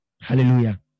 Hallelujah